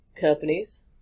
companies